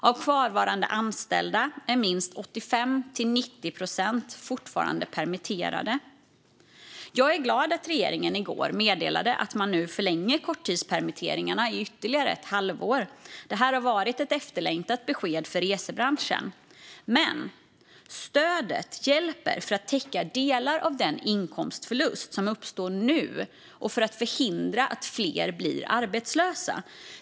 Av kvarvarande anställda är minst 85-90 procent fortfarande permitterade. Jag är glad att regeringen i går meddelade att man nu förlänger korttidspermitteringarna i ytterligare ett halvår. Det är ett efterlängtat besked i resebranschen. Men stödet hjälper för att täcka delar av den inkomstförlust som nu uppstår och för att förhindra att fler blir arbetslösa.